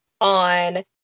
on